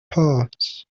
parts